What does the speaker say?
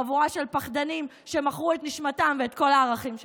חבורה של פחדנים שמכרו את נשמתם ואת כל הערכים שלהם.